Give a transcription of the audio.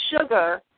sugar